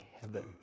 heaven